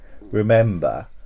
remember